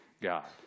God